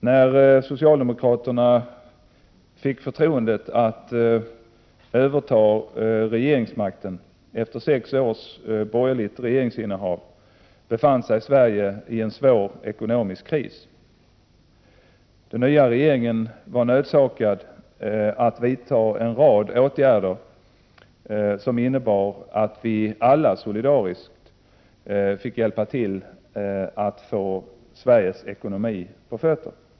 När socialdemokraterna fick förtroendet att överta regeringsmakten efter sex års borgerligt regeringsinnehav befann sig Sverige i en svår ekonomisk kris. Den nya regeringen var nödsakad att vidta en rad åtgärder som innebar att vi alla solidariskt fick hjälpa till att få Sveriges ekonomi på fötter.